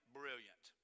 brilliant